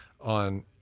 on